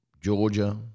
Georgia